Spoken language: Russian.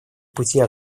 пути